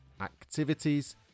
activities